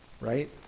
Right